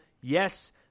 Yes